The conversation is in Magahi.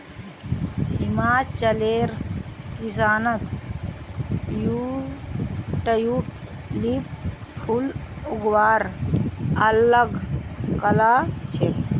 हिमाचलेर किसानत ट्यूलिप फूल उगव्वार अल ग कला छेक